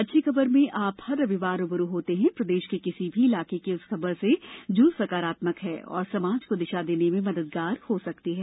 अच्छी खबर में आप हर रविवार रू ब रू होते हैं प्रदेश के किसी भी इलाके की उस खबर से जो सकारात्मक है और समाज को दिशा देने में मददगार हो सकती है